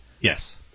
Yes